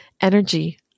energy